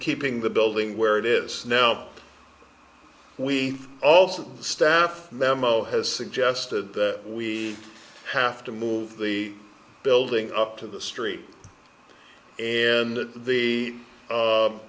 keeping the building where it is now we also staff memo has suggested that we have to move the building up to the street and that the